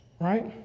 right